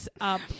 up